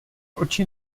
oči